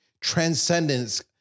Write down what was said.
transcendence